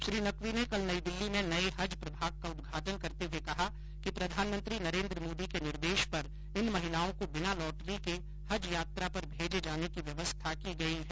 श्री नकवी ने कल नई दिल्ली में नये हज प्रभाग का उदघाटन करते हुए कहा कि प्रधानमंत्री नरेंद्र मोदी के निर्देश पर इन महिलाओं को बिना लॉटरी के हज यात्रा पर भेजे जाने की व्यवस्था की गई है